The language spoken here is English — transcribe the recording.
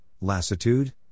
lassitude